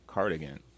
Cardigan